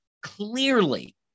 clearly